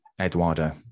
Eduardo